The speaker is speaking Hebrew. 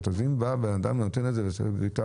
ואם בא בן אדם ונותן את זה לגריטה,